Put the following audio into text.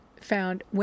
found